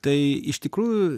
tai iš tikrųjų